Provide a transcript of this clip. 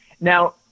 Now